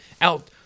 out